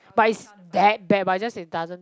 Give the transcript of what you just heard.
but it's that bad but just it doesn't